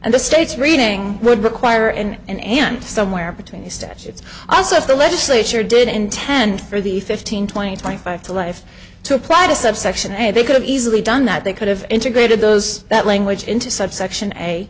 and the state's reading would require and in and somewhere between the statutes also if the legislature did intend for the fifteen twenty twenty five to life to apply to subsection a they could've easily done that they could have integrated those that language into subsection a